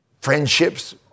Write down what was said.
friendships